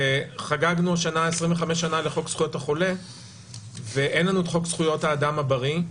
וחגגנו השנה 25 שנה לחוק זכויות החולה ואין לנו חוק הזכויות האדם הבריא.